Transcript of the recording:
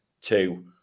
two